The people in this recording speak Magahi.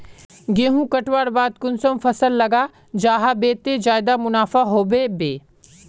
गेंहू कटवार बाद कुंसम फसल लगा जाहा बे ते ज्यादा मुनाफा होबे बे?